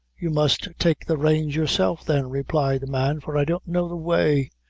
you must take the reins yourself, then, replied the man, for i don't know the way.